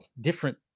different